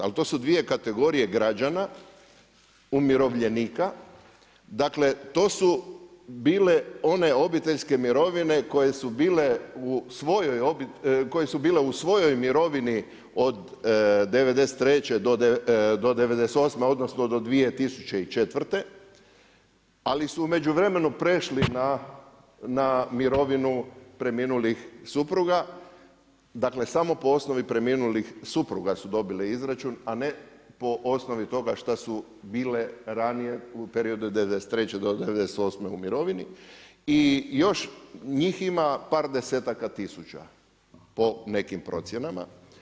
Ali to su dvije kategorije građana, umirovljenika, dakle to su bile one obiteljske mirovine, koje su bile u svojoj mirovini od 93' do 98' odnosno do 2004. ali su u međuvremenu prešli na mirovinu preminulih supruga, dakle samo po osnovi preminulih supruga su dobile izračun, a ne po osnovi toga što su bile ranije u periodu 93'-98' u mirovini i još, njih ima par desetaka tisuća, po nekim procjenama.